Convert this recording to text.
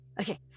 Okay